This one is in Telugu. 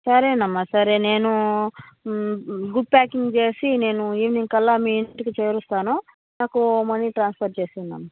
సరేనమ్మా సరే నేను గుడ్ ప్యాకింగ్ చేసి నేను ఈవినింగ్కల్లా మీ ఇంటికి చేరుస్తాను నాకు మనీ ట్రాన్సఫర్ చేసేయండమ్మా